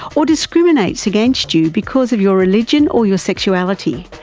or discriminates against you because of your religion or your sexuality?